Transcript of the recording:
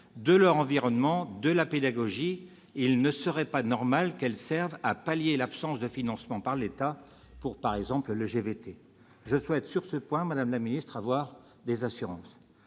de leur environnement, de la pédagogie ? Il ne serait pas normal qu'elles servent à pallier l'absence de financement par l'État pour, par exemple, le GVT. Je souhaite, sur ce point, avoir des assurances